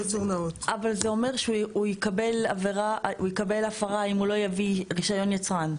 זה אומר שהוא יקבל הפרה אם הוא לא יביא רישיון יצרן,